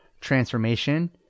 transformation